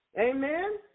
Amen